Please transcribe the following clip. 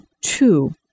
two